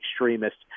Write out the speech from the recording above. extremists